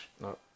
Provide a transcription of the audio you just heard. No